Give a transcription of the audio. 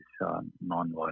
non-violent